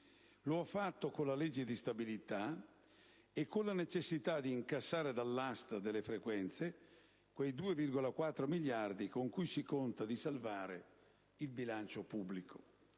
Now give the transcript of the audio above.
Lo ha fatto con la legge di stabilità e con la necessità di incassare dall'asta (delle frequenze) quei 2,4 miliardi con cui si conta di salvare il bilancio pubblico.